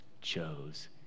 chose